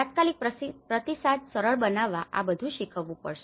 તાત્કાલિક પ્રતિસાદ સરળ બનાવવા આ બધું શીખવવું પડશે